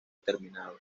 determinado